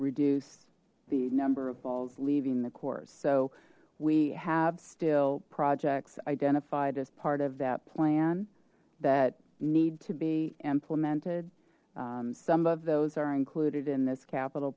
reduce the number of balls leaving the course so we have still projects identified as part of that plan that need to be implemented some of those are included in this capital